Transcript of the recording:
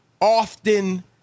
often